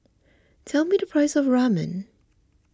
tell me the price of Ramen